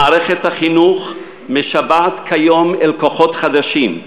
מערכת החינוך משוועת כיום לכוחות חדשים,